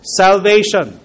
salvation